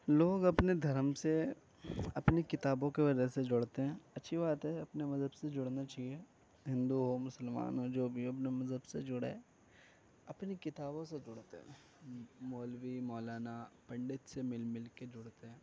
لوگ اپنے دھرم سے اپنی کتابوں کے وجہ سے جوڑتے ہیں اچھی بات ہے اپنے مذہب سے جڑنا چاہیے ہندو ہو مسلمان ہو جو بھی ہو اپنے مذہب سے جڑے اپنی کتابوں سے جڑتے مولوی مولانا پنڈت سے مل مل کے جڑتے ہیں